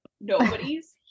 nobody's